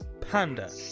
panda